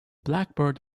blackbird